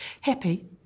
happy